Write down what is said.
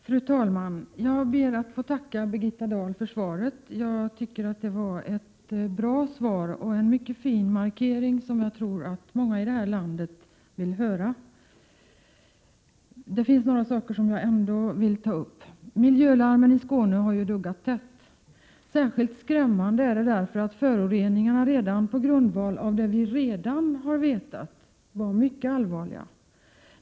Fru talman! Jag ber att få tacka Birgitta Dahl för svaret. Jag tycker att det var ett bra svar och en fin markering, som jag tror att många i det här landet gärna ville ha. Men jag vill ändå ta upp några saker. Miljölarmen i Skåne har duggat tätt. Det är särskilt skrämmande, eftersom föroreningarna har varit mycket allvarliga redan på grundval av det vi har vetat.